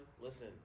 Listen